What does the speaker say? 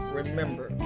remember